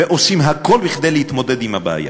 ועושים הכול כדי להתמודד עם הבעיה.